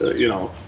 ah you know,